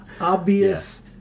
obvious